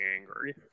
angry